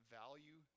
value